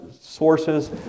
sources